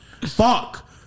fuck